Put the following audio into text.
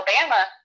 Alabama